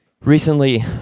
recently